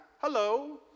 Hello